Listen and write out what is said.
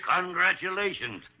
Congratulations